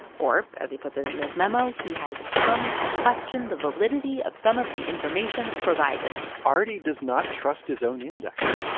or as he puts it it in his memo, he has come to question the validity of some of the information provided arty does not trust his own index.